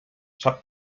sap